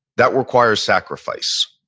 that requires sacrifice.